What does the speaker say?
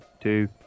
two